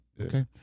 Okay